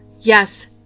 Yes